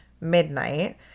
midnight